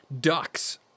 ducks